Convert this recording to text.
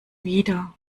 wieder